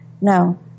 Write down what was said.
No